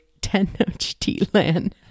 Tenochtitlan